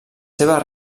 seves